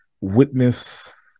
witness